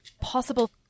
Possible